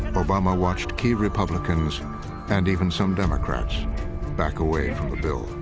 obama watched key republicans and even some democrats back away from the bill.